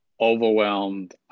overwhelmed